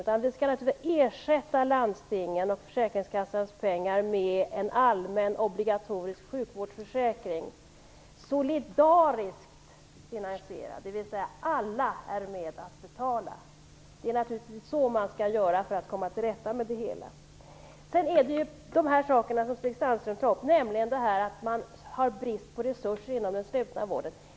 Vi skall naturligtvis ersätta landstingens och försäkringskassans pengar med en allmän obligatorisk sjukvårdsförsäkring, solidariskt finansierad, dvs. alla skall vara med och betala. Det är naturligtvis så man skall göra för att komma till rätta med det hela. Stig Sandström tog upp bristen på resurser inom den slutna vården.